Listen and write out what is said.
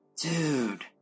Dude